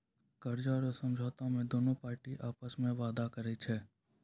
कर्जा रो समझौता मे दोनु पार्टी आपस मे वादा करै छै